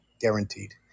guaranteed